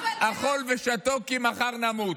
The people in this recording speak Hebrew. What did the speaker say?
של "אכול ושתה כי מחר נמות".